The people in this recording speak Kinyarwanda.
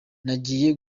nagiye